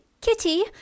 Kitty